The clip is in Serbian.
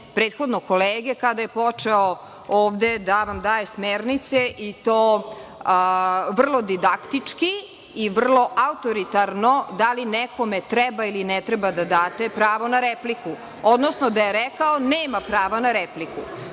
prethodnog kolege, kada je počeo ovde da vam daje smernice i to vrlo didaktički i vrlo autoritarno da li nekome treba ili ne treba da date pravo na repliku, odnosno da je rekao – nema prava na repliku,